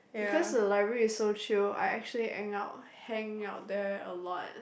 because the library is so chill I actually hang out hang out there a lot